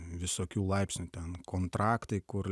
visokių laipsnių ten kontraktai kur